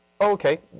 Okay